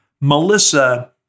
Melissa